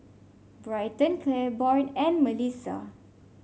Bryton Claiborne and Melisa